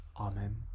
Amen